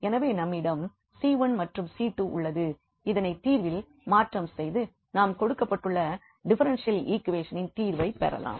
எனவே நம்மிடம் 𝐶1 மற்றும் 𝐶2 உள்ளது இதனை தீர்வில் மாற்றம் செய்து நாம் கொடுக்கப்பட்டுள்ள டிஃபரென்ஷியல் ஈக்வேஷனின் தீர்வை பெறலாம்